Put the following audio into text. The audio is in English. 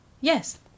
Yes